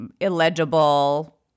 illegible